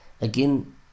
Again